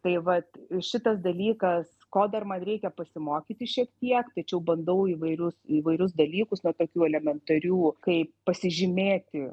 tai vat šitas dalykas ko dar man reikia pasimokyti šiek tiek tai čia jau bandau įvairius įvairius dalykus nuo tokių elementarių kaip pasižymėti